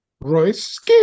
royce